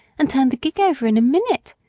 and turned the gig over in a minute.